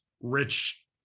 rich